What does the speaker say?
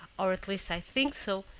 or at least i think so,